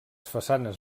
façanes